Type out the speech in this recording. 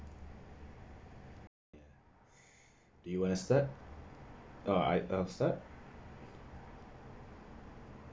you wanna start uh I'll I'll start